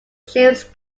james